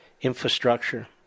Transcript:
infrastructure